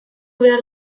behar